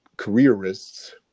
careerists